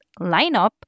lineup